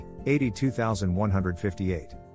82158